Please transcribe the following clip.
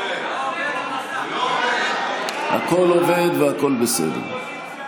מג"ד במילואים, ולאחר מכן בזירה הפוליטית,